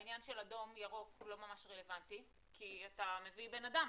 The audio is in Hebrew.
העניין של אדום-ירוק הוא לא ממש רלוונטי כי אתה מביא בן אדם,